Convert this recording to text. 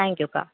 தேங்க்யூக்கா